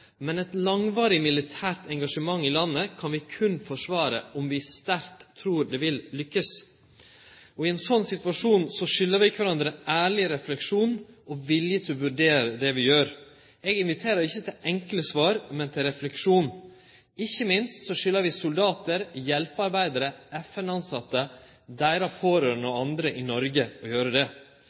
Eit langvarig militært engasjement i landet kan vi berre forsvare om vi sterkt trur ein vil lukkast med det. I ein slik situasjon skuldar vi kvarandre ærleg refleksjon og vilje til å vurdere det vi gjer. Eg inviterer ikkje til enkle svar, men til refleksjon. Ikkje minst skuldar vi soldatar, hjelpearbeidarar, FN-tilsette, deira pårørande og andre i Noreg å gjere det.